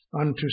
unto